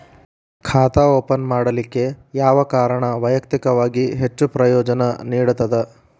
ಖಾತಾ ಓಪನ್ ಮಾಡಲಿಕ್ಕೆ ಯಾವ ಕಾರಣ ವೈಯಕ್ತಿಕವಾಗಿ ಹೆಚ್ಚು ಪ್ರಯೋಜನ ನೇಡತದ?